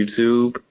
YouTube